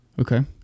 Okay